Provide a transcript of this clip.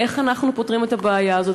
איך אנחנו פותרים את הבעיה הזאת.